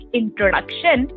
introduction